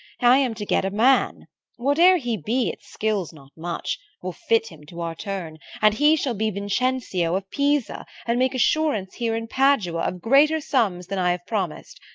i am to get a man whate'er he be it skills not much we'll fit him to our turn and he shall be vincentio of pisa, and make assurance here in padua, of greater sums than i have promised.